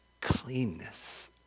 cleanness